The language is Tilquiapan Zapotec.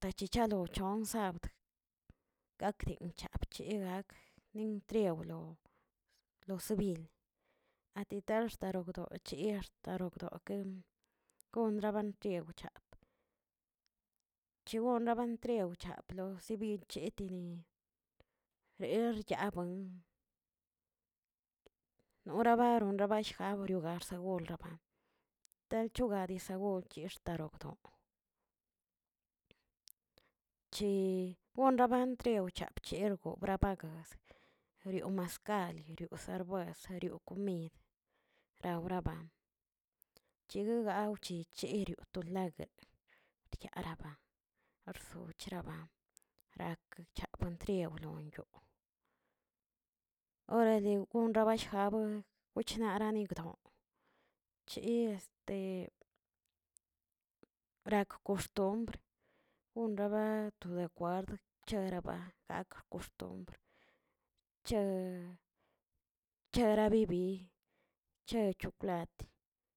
tachichalon chonsabd gakdin chaꞌ bcheꞌ gak nin triaulio lo sebil atitaxtaron tio chie axt xtarabdo' gondrabaratiewcha, chegonla balentriawcha aplo sibil cheteni reryaabuen norabaronrabashag oriobarsegurlaba techugadisa guntiex taroto, chi gonla bantriaw archiebro gongabagas riow maskal, rio sarbues, rioo komid, rauraban chigagaochi yirioꞌ tolag'ə diaraba arso cheraba raknchedriawlioyoo, orale gonrabashjaw wichinara bigdo chi este rak koxtombr gonraba to kwart cheb oraba gak koxtumbr che- cherabibi che chokwlati.